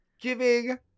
Giving